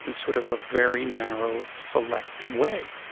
in a sort of ah very narrow, selective way.